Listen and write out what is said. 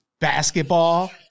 basketball